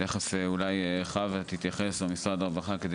ותכף אולי חוה תתייחס או משרד הרווחה כדי